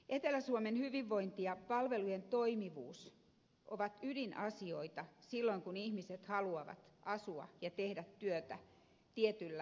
etelä suomen hyvinvointi ja palvelujen toimivuus ovat ydinasioita silloin kun ihmiset haluavat asua ja tehdä työtä tietyllä alueella